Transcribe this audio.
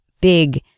big